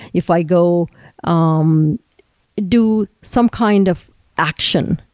if i go um do some kind of action,